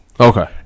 Okay